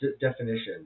definition